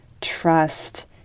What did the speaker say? trust